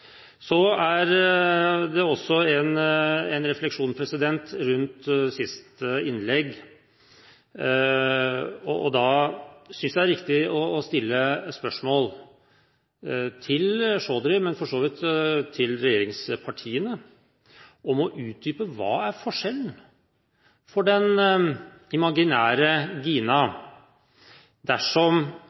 Så en refleksjon rundt forrige innlegg. Jeg synes det er riktig å spørre Chaudhry, men for så vidt også de andre regjeringspartiene, om å utdype hva som er forskjellen for den imaginære Gina dersom